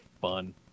fun